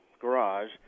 garage